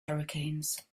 hurricanes